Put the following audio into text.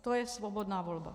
To je svobodná volba.